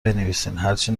بنویسین، هرچی